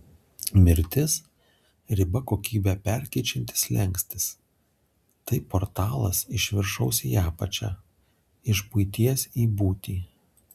mirtis riba kokybę perkeičiantis slenkstis tai portalas iš viršaus į apačią iš buities į būtį